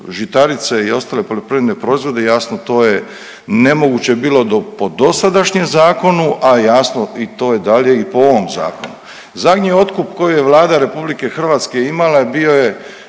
žitarice i ostale poljoprivredne proizvode, jasno to je nemoguće bilo po dosadašnjem Zakonu, a jasno i to je dalje i po ovom Zakonu. Zadnji otkup koji je Vlada Republike Hrvatske imala je